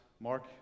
Mark